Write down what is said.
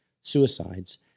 suicides